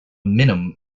minim